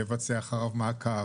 לבצע אחריו מעקב,